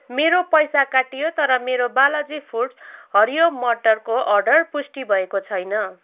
मेरो पैसा काटियो तर मेरो बालाजी फुड्स हरियो मटरको अर्डर पुष्टि भएको छैन